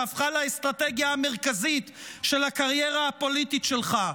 שהפכה לאסטרטגיה המרכזית של הקריירה הפוליטית שלך?